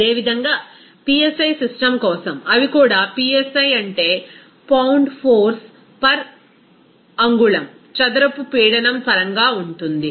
అదేవిధంగా psi system కోసం అవి కూడా psi అంటే పౌండ్ ఫోర్స్ పర్ అంగుళం చదరపు పీడనం పరంగా ఉంటుంది